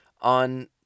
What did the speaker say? on